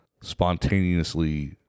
spontaneously